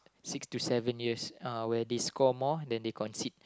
six to seven years uh where they score more than they concede